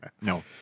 No